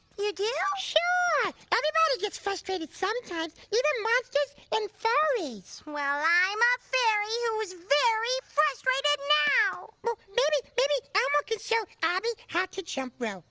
you do? sure! everybody gets frustrated sometimes, even monsters and fairies. well i'm a fairy who's very frustrated now. well maybe maybe elmo can show abby how to jump rope.